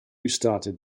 started